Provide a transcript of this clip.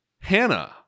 hannah